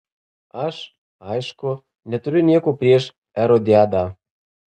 aš aišku neturiu nieko prieš erodiadą